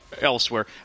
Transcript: elsewhere